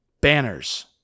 banners